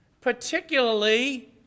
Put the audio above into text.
particularly